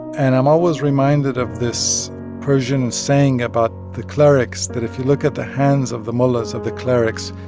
and i'm always reminded of this persian saying about the clerics, that if you look at the hands of the mullahs of the clerics.